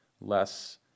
less